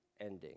ending